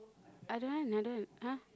I don't want I don't want !huh!